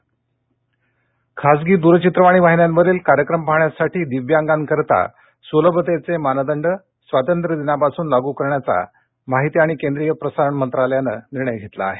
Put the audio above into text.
मा आणि प्र मंत्रा खासग बाहिन्यांवरलि कार्यक्रम पाहण्यासाठ दिव्यांगांकरिता सुलभतेचे मानदंड स्वातंत्र्य दिनापासून लागू करण्याचा माहित आणि प्रसारण मंत्रालयानं निर्णय घेतला आहे